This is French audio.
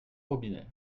robinet